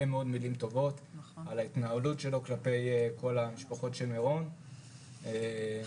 מילים טובות לגבי ההתנהלות שלו בכל נושא מירון והיחס למשפחות.